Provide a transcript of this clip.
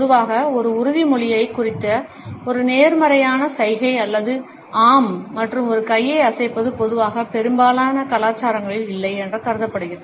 பொதுவாக ஒரு உறுதிமொழியைக் குறிக்க ஒரு நேர்மறையான சைகை அல்லது ஆம் மற்றும் ஒரு கையை அசைப்பது பொதுவாக பெரும்பாலான கலாச்சாரங்களில் இல்லை என்று கருதப்படுகிறது